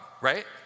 right